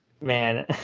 man